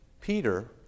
Peter